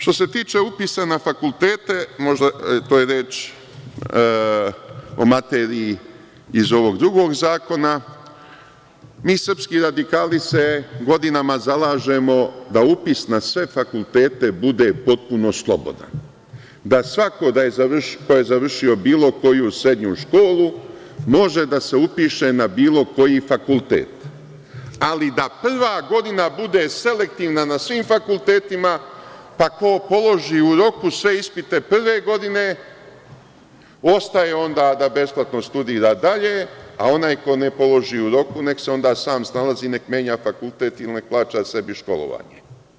Što se tiče upisa na fakultete, reč je o materiji iz ovog drugog zakona, mi srpski radikali se godinama zalažemo da upis na sve fakultete bude potpuno slobodan, da svako ko je završio bilo koju srednju školu može da se upiše na bilo koji fakultet, ali da prva godina bude selektivna na svim fakultetima, pa ko položi u roku sve ispite prve godine, ostaje onda da besplatno studira dalje, a onaj ko ne položi u roku, nek se onda sam snalazi, neka menja fakultet i neka plaća sebi školovanje.